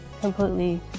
completely